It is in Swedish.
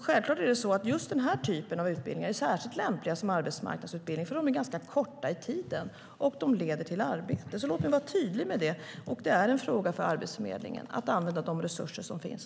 Självklart är det så att just den här typen av utbildningar är särskilt lämpliga som arbetsmarknadsutbildningar, för de är ganska korta i tiden och de leder till arbete. Låt mig vara tydlig med att det är en fråga för Arbetsförmedlingen att använda de resurser som finns.